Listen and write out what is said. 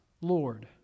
Lord